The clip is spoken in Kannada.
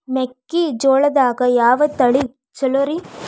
ಮೆಕ್ಕಿಜೋಳದಾಗ ಯಾವ ತಳಿ ಛಲೋರಿ?